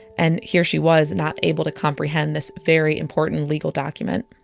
and here she was, not able to comprehend this very important legal document